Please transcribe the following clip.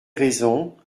raisons